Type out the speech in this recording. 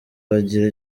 bagira